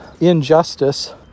injustice